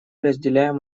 разделяем